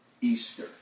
Easter